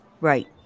Right